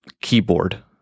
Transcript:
keyboard